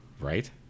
Right